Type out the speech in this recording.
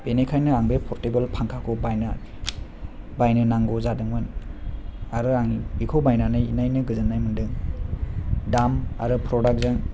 बेनिखायनो आं बे फरदेबोल फांखाखौ बायनो नांगौ जादोंमोन आरो आं बिखौ बायनानै गोजोननाय मोनदों दाम आरो प्रदाक्तजों